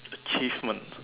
achievement